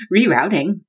rerouting